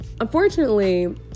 Unfortunately